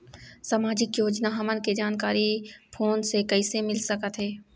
सामाजिक योजना हमन के जानकारी फोन से कइसे मिल सकत हे?